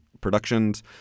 productions